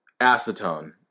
Acetone